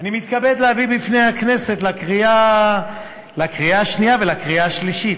אני מתכבד להביא בפני הכנסת לקריאה השנייה ולקריאה השלישית